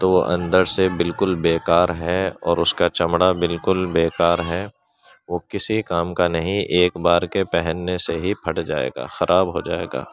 تو وہ اندر سے بالکل بیکار ہے اور اس کا چمڑا بالکل بیکار ہے وہ کسی کام کا نہیں ایک بار کے پہننے سے ہی پھٹ جائے گا خراب ہو جائے گا